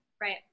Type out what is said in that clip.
Right